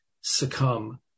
succumb